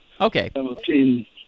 Okay